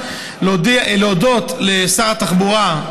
להודות לשר התחבורה,